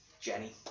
Jenny